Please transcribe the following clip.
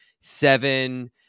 seven